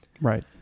Right